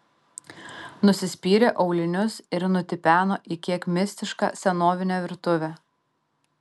nusispyrė aulinius ir nutipeno į kiek mistišką senovinę virtuvę